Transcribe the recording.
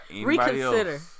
reconsider